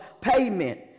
payment